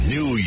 New